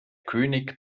könig